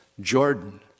Jordan